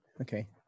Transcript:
okay